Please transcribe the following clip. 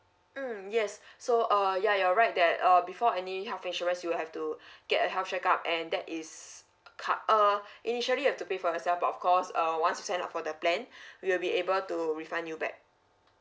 mm yes so uh ya you're right that err before any health insurance you have to get a health checkup and that is cu~ err initially you have to pay for yourself but of course uh once you sign up for the plan we will be able to refund you back